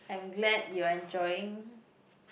I'm glad you're enjoying